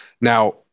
Now